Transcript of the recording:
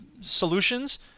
solutions